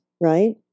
right